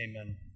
Amen